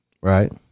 Right